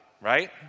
right